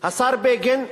השר בגין,